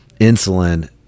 insulin